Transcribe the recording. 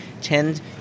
tend